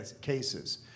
cases